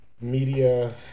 media